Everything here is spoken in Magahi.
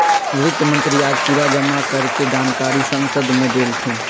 वित्त मंत्री आज पूरा जमा कर के जानकारी संसद मे देलथिन